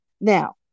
Now